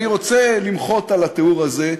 אני רוצה למחות על התיאור הזה,